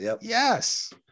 Yes